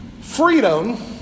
Freedom